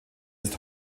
ist